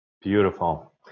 Beautiful